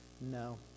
no